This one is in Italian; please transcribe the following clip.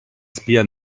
spia